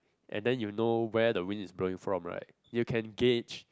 and then you know where the wind is blowing from right you can gage